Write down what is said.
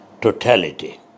totality